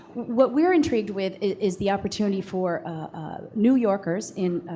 what we're intrigued with is the opportunity for new yorkers in